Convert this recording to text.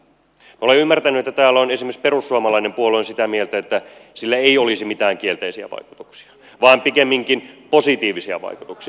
minä olen ymmärtänyt että täällä esimerkiksi perussuomalainen puolue on sitä mieltä että sillä ei olisi mitään kielteisiä vaikutuksia vaan pikemminkin positiivisia vaikutuksia